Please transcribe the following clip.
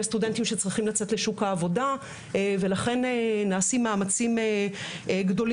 יש סטודנטים שצריכים לצאת לשוק העבודה ולכן נעשים מאמצים גדולים